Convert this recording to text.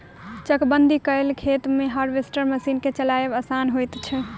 चकबंदी कयल खेत मे हार्वेस्टर मशीन के चलायब आसान होइत छै